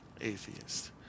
atheist